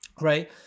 right